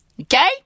okay